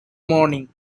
morning